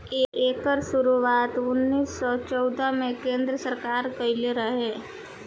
एकर शुरुआत उन्नीस सौ चौदह मे केन्द्र सरकार कइले रहे